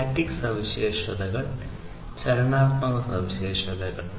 static സവിശേഷതകൾ ചലനാത്മക സവിശേഷതകൾ